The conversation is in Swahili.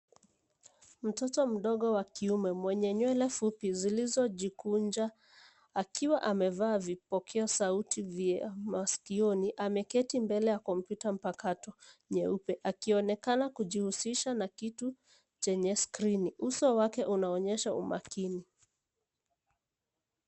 Mtoto mdogo wa kiume mwenye nywele fupi zilizo jikunja. Akiwa amevaa vipokeo sauti vya masikioni. Ameketi mbele ya kompyuta mpakato nyeupe. Akionekana kujihusisha na kitu chenye skrini. Uso wake unawonyesha umakini.